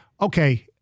Okay